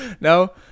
No